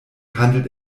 handelt